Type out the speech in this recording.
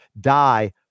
die